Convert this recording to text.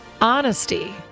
honesty